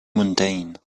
mountain